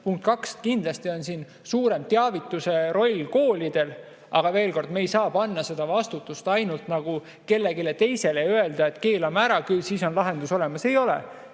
punkt kaks: kindlasti on siin suurem teavituse roll koolidel. Veel kord: me ei saa panna seda vastutust ainult kellelegi teisele, öelda, et keelame ära, küll siis asi laheneb. Ei lahene!